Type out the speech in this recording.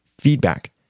feedback